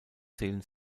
zählen